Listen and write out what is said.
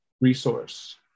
resource